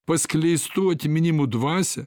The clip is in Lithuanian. paskleistų atminimų dvasią